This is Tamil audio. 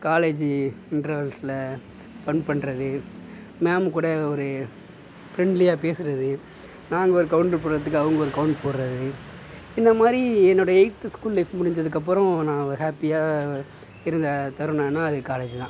காலேஜ் இன்ட்ரவல்ஸில் ஃபன் பண்ணுறது மேம் கூட ஒரு ஃபிரெண்ட்லியாக பேசுகிறது நாங்கள் ஒரு கவுண்ட்ரு போட்றதுக்கு அவங்க ஒரு கவுண்ட் போட்றது இந்தமாதிரி என்னோட எய்த் ஸ்கூல் லைஃப் முடிஞ்சதுக்கப்புறோம் நான் ஹேப்பியாக இருந்த தருணோன்னா அது காலேஜ் தான்